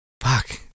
fuck